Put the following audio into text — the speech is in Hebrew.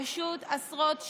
פשוט עשרות שנים.